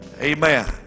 Amen